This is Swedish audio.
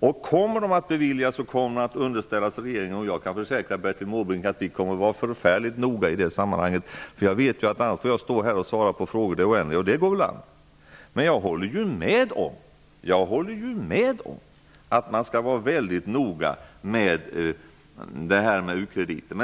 Om man kommer att bevilja u-krediter kommer beslutet att underställas regeringen. Jag kan försäkra Bertil Måbrink att vi kommer att vara förfärligt noga i det sammanhanget. Jag vet att jag annars får stå här och svara på frågor i det oändliga. Det går väl i och för sig an. Jag håller med om att man skall vara väldigt noga med u-krediter.